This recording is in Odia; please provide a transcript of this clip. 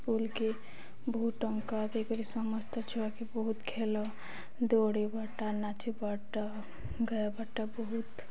ସ୍କୁୁଲ୍କେ ବହୁତ୍ ଟଙ୍କା ଦେଇକରି ସମସ୍ତେ ଛୁଆକେ ବହୁତ୍ ଖେଲ ଦୌଡ଼ିବାର୍ଟା ନାଚ୍ବାର୍ଟା ଗାଏବାର୍ଟା ବହୁତ୍